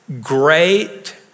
Great